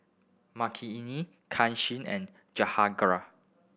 Makineni Kanshi and